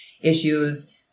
issues